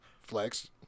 Flex